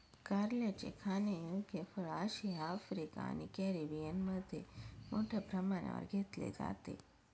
कारल्याचे खाण्यायोग्य फळ आशिया, आफ्रिका आणि कॅरिबियनमध्ये मोठ्या प्रमाणावर घेतले जाते